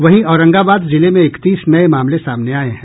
वहीं औरंगाबाद जिले में इकतीस नये मामले सामने आये हैं